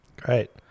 Great